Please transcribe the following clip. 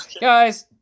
Guys